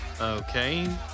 Okay